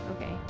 Okay